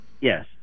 Yes